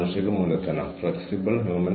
ഇത് നിങ്ങളുടെ സമപ്രായക്കാരുമായി ചർച്ച ചെയ്യുക